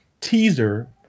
teaser